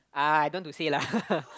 ah I don't want to say lah